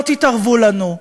לא תתערבו לנו.